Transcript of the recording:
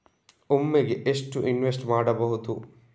ಒಮ್ಮೆಗೆ ಎಷ್ಟು ಇನ್ವೆಸ್ಟ್ ಮಾಡ್ಬೊದು?